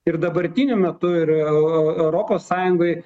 ir dabartiniu metu ir eu eu europos sąjungoj